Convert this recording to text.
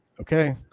Okay